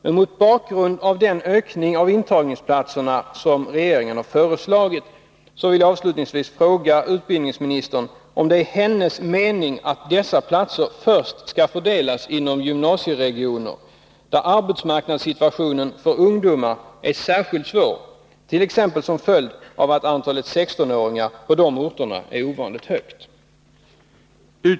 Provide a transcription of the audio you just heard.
Men mot bakgrund av den ökning av intagningsplatserna som regeringen har föreslagit vill jag avslutningsvis fråga utbildningsministern om det är hennes mening att dessa platser först skall fördelas inom gymnasieregioner där arbetsmarknadssituationen för ungdomar är särskilt svår, t.ex. som följd av att antalet 16-åringar på berörda orter är ovanligt stort.